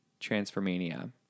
Transformania